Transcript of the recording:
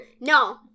no